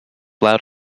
loud